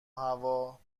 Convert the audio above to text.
هوا